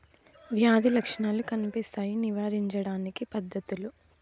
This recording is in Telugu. వ్యాధి లక్షణాలు కనిపిస్తాయి నివారించడానికి పద్ధతులు?